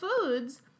foods